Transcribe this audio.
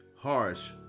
Harsh